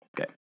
Okay